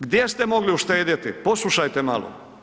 Gdje ste mogli uštedjeti, poslušajte malo.